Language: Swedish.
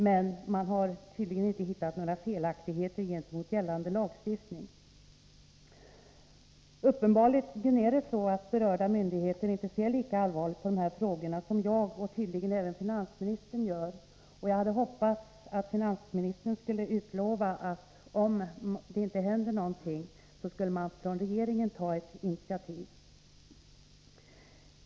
Men tydligen har några felaktigheter i strid med gällande lagstiftning inte hittats. Uppenbarligen ser berörda myndigheter inte lika allvarligt på de här frågorna som jag och tydligen även finansministern gör. Jag hade hoppats att finansministern skulle utlova att om det inte händer något på frivillig väg skulle regeringen ta ett initiativ.